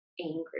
angry